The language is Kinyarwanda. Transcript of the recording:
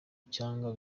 cyangwa